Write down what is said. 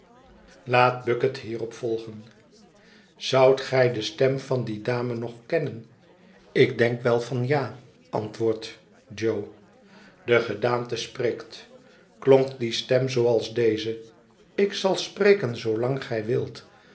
laat bucket hierop volgen zoudt gij de stem van die dame nog kennen ik denk wel van ja antwoordt jo de gedaante spreekt klonk die stem zooals deze ik zal spreken zoolang als gij wilt